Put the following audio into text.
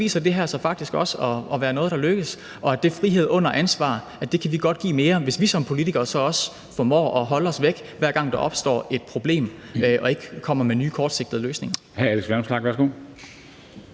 viser det her sig faktisk også at være noget, der lykkes, og at frihed under ansvar kan vi godt give mere af, hvis vi som politikere så også formår at holde os væk, hver gang der opstår et problem, og ikke kommer med nye kortsigtede løsninger.